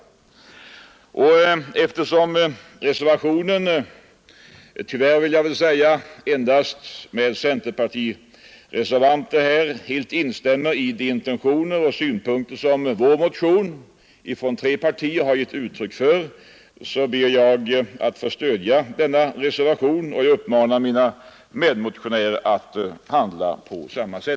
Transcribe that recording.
Eftersom reservationen — bakom vilken tyvärr står endast centerpartiledamöter — helt ansluter sig till de intentioner och synpunkter som kommer till uttryck i vår motion från tre partier, ber jag att få yrka bifall till denna reservation, och jag uppmanar mina medmotionärer att rösta för den.